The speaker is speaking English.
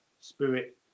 spirit